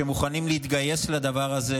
שמוכנים להתגייס לדבר הזה,